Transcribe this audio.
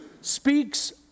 speaks